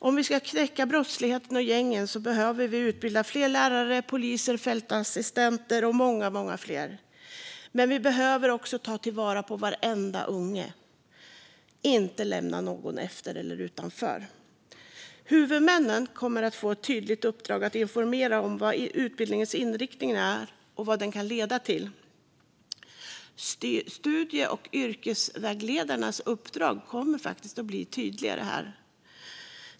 Om vi ska knäcka brottsligheten och gängen behöver vi utbilda fler lärare, poliser, fältassistenter och många fler. Men vi behöver också ta vara på varenda unge och inte lämna någon efter eller utanför. Huvudmännen kommer att få ett tydligt uppdrag att informera om vad utbildningens inriktning är och vad den kan leda till. Och studie och yrkesvägledarnas uppdrag kommer att bli tydligare.